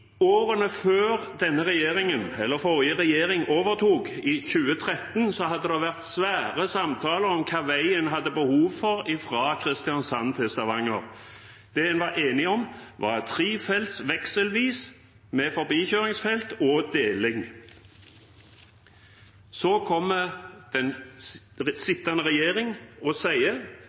årene før denne regjeringen, eller forrige regjering, overtok i 2013, hadde det vært store samtaler om hvilken vei en hadde behov for fra Kristiansand til Stavanger. Det en var enige om, var trefeltsvei, vekselvis, med forbikjøringsfelt og deling. Så kom den sittende regjering